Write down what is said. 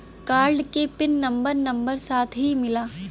Card के pin number number साथही मिला?